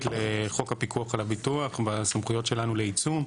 לחוק הפיקוח על הביטוח בסמכויות שלנו לעיצום.